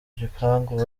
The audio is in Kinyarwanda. gipangu